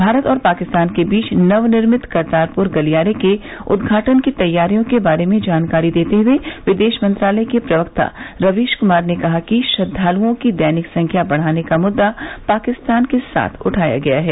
भारत और पाकिस्तान के बीच नवनिर्मित करतारपुर गलियारे के उद्घाटन की तैयारियों के बारे में जानकारी देते हुए विदेश मंत्रालय के प्रवक्ता रवीश कुमार ने कहा कि श्रद्वालुओं की दैनिक संख्या बढ़ाने का मुद्दा पाकिस्तान के साथ उठाया गया है